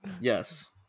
Yes